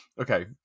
Okay